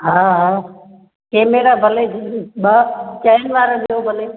हा हा कैमरा भले ॿ कैन वारा विझो भले